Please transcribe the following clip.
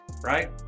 right